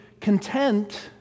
content